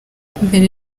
mbere